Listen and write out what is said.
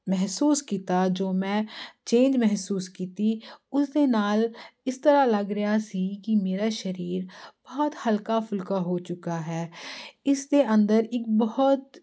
ਮਹਿਸੂਸ ਕੀਤਾ ਜੋ ਮੈਂ ਚੇਂਜ ਮਹਿਸੂਸ ਕੀਤੀ ਉਸ ਦੇ ਨਾਲ ਇਸ ਤਰ੍ਹਾਂ ਲੱਗ ਰਿਹਾ ਸੀ ਕਿ ਮੇਰਾ ਸਰੀਰ ਬਹੁਤ ਹਲਕਾ ਫੁਲਕਾ ਹੋ ਚੁੱਕਾ ਹੈ ਇਸ ਦੇ ਅੰਦਰ ਇੱਕ ਬਹੁਤ